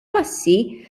passi